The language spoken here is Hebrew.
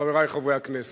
חברי חברי הכנסת,